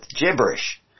gibberish